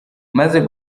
maze